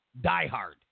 diehard